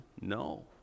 No